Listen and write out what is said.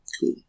Cool